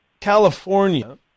California